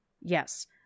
Yes